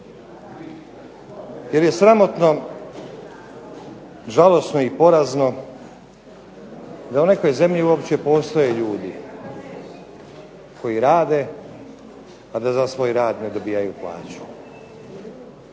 jer je sramotno, žalosno i porazno da u nekoj zemlji uopće postoje ljudi koji rade a da za svoj rad ne dobivaju plaću.